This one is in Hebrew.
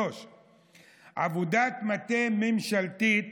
3. עבודת מטה ממשלתית